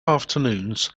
afternoons